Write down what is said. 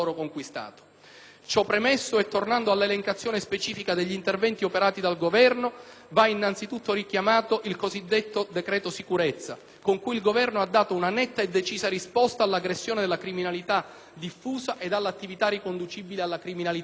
Ciò premesso, tornando all'elencazione specifica degli interventi operati dal Governo, va anzitutto richiamato il cosiddetto decreto sicurezza, con cui il Governo ha dato una netta e decisa risposta all'aggressione della criminalità diffusa ed all'attività riconducibile alla criminalità organizzata.